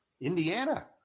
Indiana